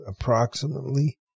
approximately